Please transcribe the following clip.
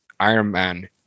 Ironman